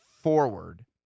forward